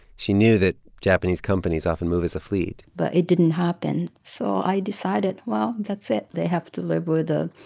she knew that japanese companies often move as a fleet but it didn't happen. so i decided, well, that's it. they have to live with the